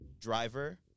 driver